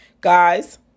Guys